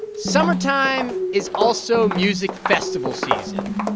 summertime is also music festival season.